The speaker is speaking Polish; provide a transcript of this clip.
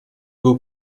był